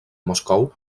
moscou